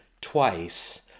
twice